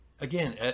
again